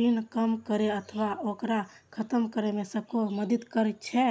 ऋण कम करै अथवा ओकरा खत्म करै मे सेहो मदति करै छै